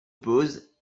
pose